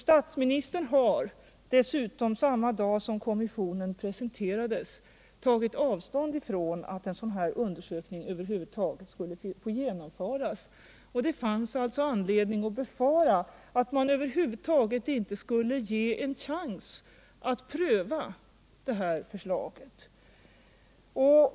Statsministern tog dessutom samma dag som kommissionens förslag presenterades avstånd från att en sådan här undersökning över huvud taget skulle få genomföras. Det fanns alltså anledning att befara att man över huvud taget inte skulle få en chans att pröva det här förslaget.